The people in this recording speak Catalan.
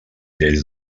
lleis